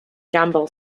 gamble